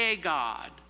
God